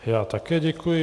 Já také děkuji.